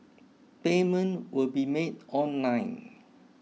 payment will be made online